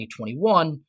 2021